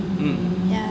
mm